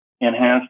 enhance